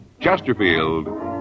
Chesterfield